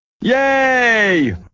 Yay